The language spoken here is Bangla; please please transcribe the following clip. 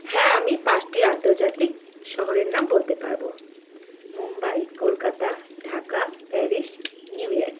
হ্যাঁ আমি পাঁচটি আন্তর্জাতিক শহরের নাম বলতে পারবো Mumbai Kolkata Dhaka Paris New York